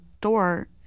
door